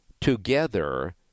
Together